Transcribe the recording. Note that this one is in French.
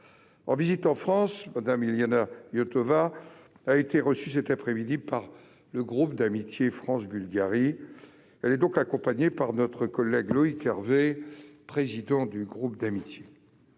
En visite en France, Mme Iliana Iotova a été reçue cette après-midi par le groupe d'amitié France-Bulgarie. Elle est accompagnée par notre collègue Loïc Hervé, qui est le président